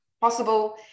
possible